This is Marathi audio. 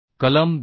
कलम 10